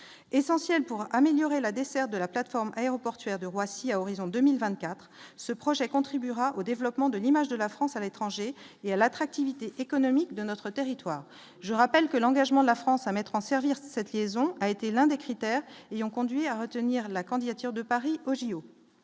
essentiel pour améliorer la desserte de la plateforme aéroportuaire de Roissy à horizon 2024 ce projet contribuera au développement de l'image de la France à l'étranger et à l'attractivité économique de notre territoire, je rappelle que l'engagement de la France à mettre en servir cette liaison, a été l'un des critères et ont conduit à retenir la candidature de Paris aux JO